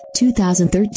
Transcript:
2013